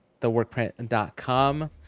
theworkprint.com